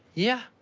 yeah.